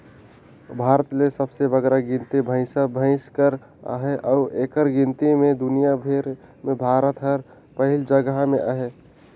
भारत में सबले बगरा गिनती भंइसा भंइस कर अहे अउ एकर गिनती में दुनियां भेर में भारत हर पहिल जगहा में अहे